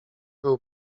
był